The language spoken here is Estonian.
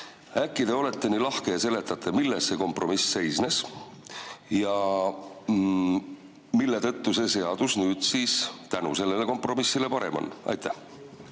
Äkki te olete nii lahke ja seletate, milles see kompromiss seisnes? Mille poolest see seadus[eelnõu] nüüd siis tänu sellele kompromissile parem on? Aitäh,